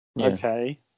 okay